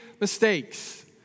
mistakes